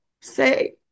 say